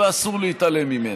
ואסור להתעלם ממנו: